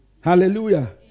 hallelujah